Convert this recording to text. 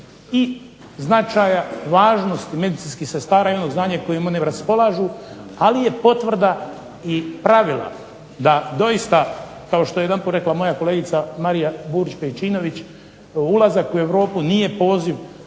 i značaja važnosti medicinskih sestara, jedno od znanja kojim one raspolažu, ali je potvrda i pravila da doista, kao što je jedanput rekla moja kolegica Marija Burić Pejčinović, ulazak u Europu nije poziv